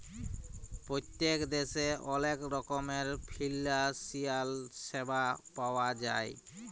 পত্তেক দ্যাশে অলেক রকমের ফিলালসিয়াল স্যাবা পাউয়া যায়